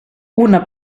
una